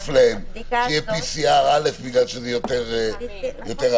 להם שיהיה PCR א' בגלל שזה יותר אמין.